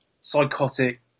psychotic